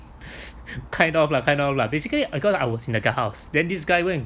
kind of lah kind of lah basically I got I was in the guardhouse then this guy went